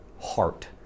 heart